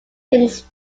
thinks